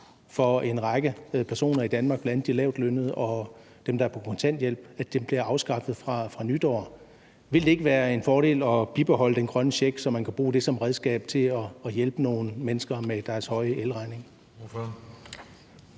for en række personer i Danmark, bl.a. de lavtlønnede og dem, der er på kontanthjælp, fra nytår. Ville det ikke være en fordel at bibeholde den grønne check, så man kan bruge den som redskab til at hjælpe nogle mennesker med deres høje elregning?